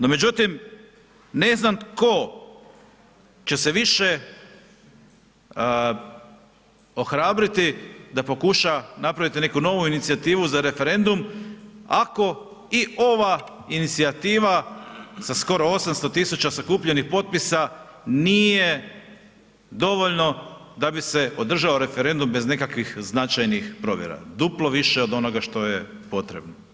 No međutim, ne znam tko će se više ohrabriti da pokuša napraviti neku novu inicijativu za referendum ako i ova inicijativa sa skoro 800.000 sakupljenih potpisa nije dovoljno da bi se održao referendum bez nekakvih značajnih provjera, duplo više od onoga što je potrebno.